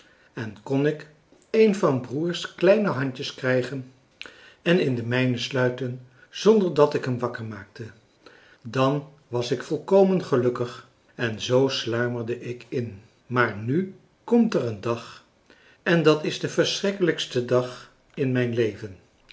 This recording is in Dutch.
en kon ik een van broers kleine handjes krijgen en in de mijne sluiten zonder dat ik hem wakker maakte dan was ik volkomen gelukkig en zoo sluimerde ik in maar nu komt er een dag en dat is de verschrikkelijkste dag in mijn leven